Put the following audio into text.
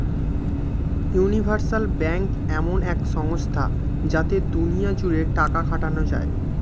universal bank এমন এক সংস্থা যাতে দুনিয়া জুড়ে টাকা খাটানো যায়